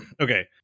okay